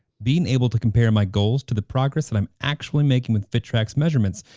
being able to compare my goals to the progress that i'm actually making with fittrack measurements,